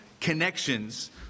connections